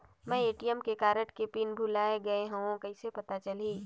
मैं ATM card के pin भुलाए गे हववं कइसे पता चलही?